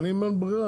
אבל אם אין ברירה,